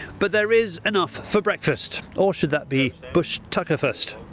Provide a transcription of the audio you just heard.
but there is enough for breakfast or should that be bushtuckerfast